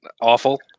Awful